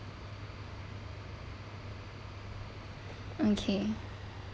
okay